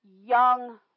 young